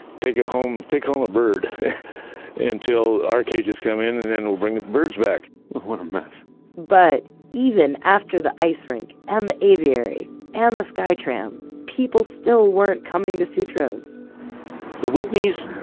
take ah home take home a bird until our cages come in and then we'll bring the birds back. what a mess but even after the ice rink and the aviary and the sky tram, people still weren't coming to sutro's the whitney's,